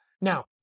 Now